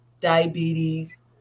diabetes